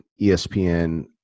espn